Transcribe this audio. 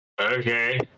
Okay